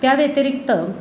त्या व्यतिरिक्त